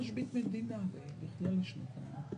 שלום לכולם.